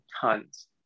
tons